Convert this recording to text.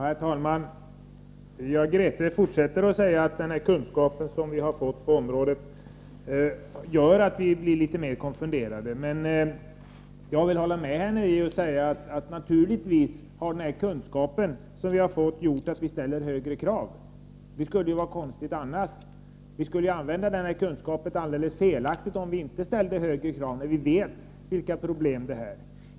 Herr talman! Grethe Lundblad fortsätter att säga att kunskaperna vi fått på området gör oss mer konfunderade. Jag vill emellertid hålla med henne om att kunskaperna vi fått naturligtvis har fört med sig att vi ställer högre krav. Det skulle vara konstigt annars. Vi skulle använda kunskaperna alldeles felaktigt om vi inte ställde högre krav, när vi vet vilka problem det är fråga om.